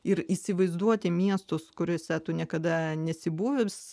ir įsivaizduoti miestus kuriuose tu niekada nesi buvęs